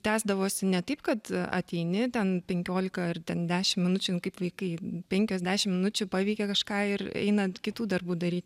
tęsdavosi ne taip kad ateini ten penkiolika ar ten dešim minučių in kaip vaikai penkios dešim minučių paveikia kažką ir einan kitų darbų daryt